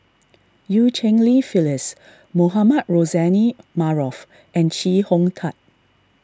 Eu Cheng Li Phyllis Mohamed Rozani Maarof and Chee Hong Tat